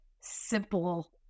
simple